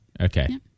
Okay